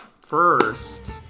first